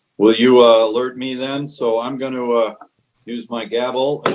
will you ah alert me then, so i'm going to ah use my gavel.